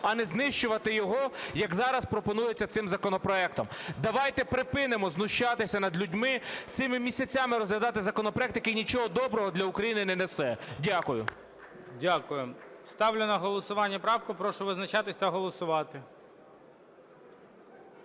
а не знищувати його, як зараз пропонується цим законопроектом. Давайте припинимо знущатися над людьми, цими місяцями розглядати законопроект, який нічого доброго для України не несе. Дякую. ГОЛОВУЮЧИЙ. Дякую. Ставлю на голосування правку. Прошу визначатися та голосувати.